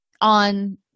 on